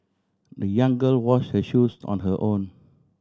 the young girl washed her shoes on her own